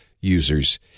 users